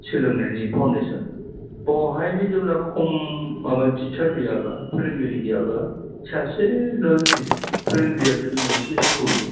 सोलोंनायनि फाउण्डेसन बेवहायनो जोंना खम माबा टिचार गैयाबा फोरोंगिरि गैयाबा सासेल' फोरोंगिरिया जुदि मोनसे स्कुल